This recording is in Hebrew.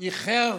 איחר